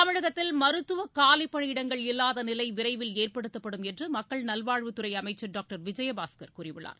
தமிழகத்தில் மருத்துவ காலிப்பணியிடங்கள் இல்லாத நிலை விரைவில் ஏற்படுத்தப்படும் என்று மக்கள் நல்வாழ்வுத்துறை அமைச்சர் டாக்டர் விஜயபாஸ்கர் கூறியுள்ளார்